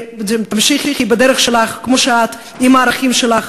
תמשיכי בדרך שלך, כמו שאת, עם הערכים שלך.